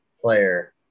player